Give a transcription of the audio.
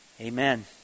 Amen